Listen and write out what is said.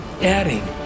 adding